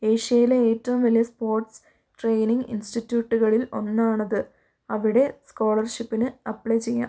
ഏഷ്യയിലെ ഏറ്റവും വലിയ സ്പോർട്സ് ട്രെയിനിങ് ഇൻസ്റ്റിട്യൂട്ടുകളിൽ ഒന്നാണത് അവിടെ സ്കോളർഷിപ്പിന് അപ്ലൈ ചെയ്യാം